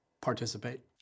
participate